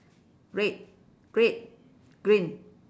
red red green